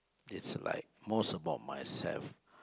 it's like most about myself